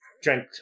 drank